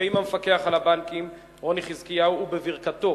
ועם המפקח על הבנקים רוני חזקיהו ובברכתו,